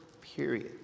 period